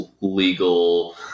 legal